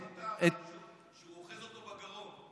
אתה שכחת שהוא אוחז אותו בגרון.